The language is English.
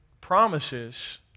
promises